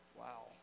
wow